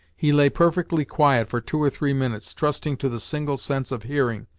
he lay perfectly quiet for two or three minutes, trusting to the single sense of hearing,